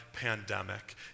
pandemic